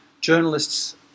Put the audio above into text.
journalists